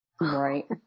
Right